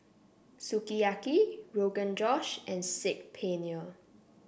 Sukiyaki Rogan Josh and Saag Paneer